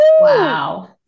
Wow